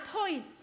point